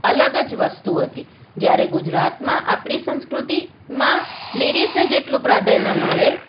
અલગ જ વસ્તુ હતી જ્યારે ગુજરાતમાં આપણી સંસ્કૃતિમાં લેડિઝને જેટલું પ્રાધાન્ય મળે